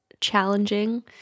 challenging